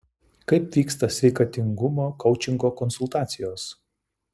kaip vyksta sveikatingumo koučingo konsultacijos